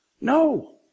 no